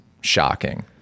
shocking